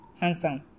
handsome